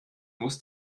muss